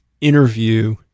interview